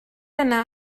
yna